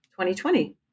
2020